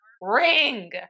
ring